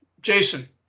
Jason